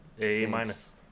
A-minus